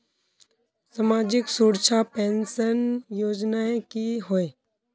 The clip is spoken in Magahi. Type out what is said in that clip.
सामाजिक सुरक्षा पेंशन योजनाएँ की होय?